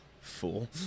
Fool